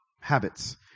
habits